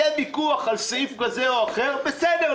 אם יהיה ויכוח על סעיף כזה או אחר בסדר,